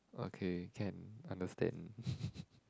okay can understand